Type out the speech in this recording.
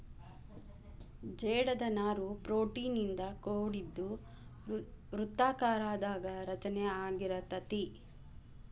ಜೇಡದ ನಾರು ಪ್ರೋಟೇನ್ ಇಂದ ಕೋಡಿದ್ದು ವೃತ್ತಾಕಾರದಾಗ ರಚನೆ ಅಗಿರತತಿ